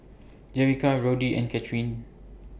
Jerrica Roddy and Kathryne